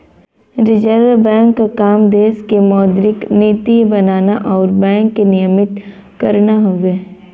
reserve bank क काम देश में मौद्रिक नीति बनाना आउर बैंक के नियमित करना हउवे